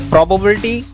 Probability